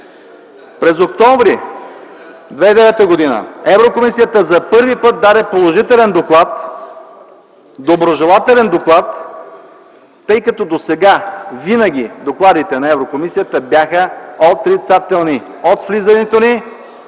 През м. октомври 2009 г. Еврокомисията за първи път даде положителен доклад, доброжелателен доклад. Досега винаги докладите на Еврокомисията бяха отрицателни – от влизането ни